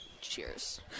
cheers